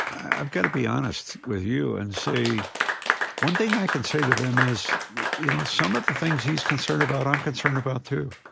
i've got to be honest with you and say one thing i can say to them is, you know, some of the things he's concerned about, i'm concerned about too.